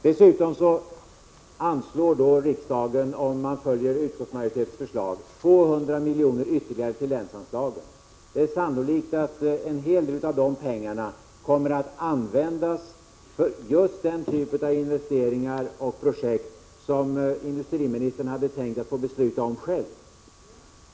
Dessutom anslår riksdagen, om man följer utskottsmajoritetens förslag, 200 miljoner ytterligare till länsanslagen. Det är sannolikt att en del av dessa pengar kommer att användas för just den typ av investeringar och projekt som industriministern hade tänkt att få besluta om själv.